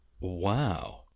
Wow